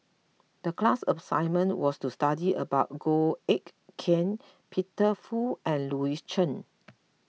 the class assignment was to study about Goh Eck Kheng Peter Fu and Louis Chen